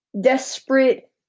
desperate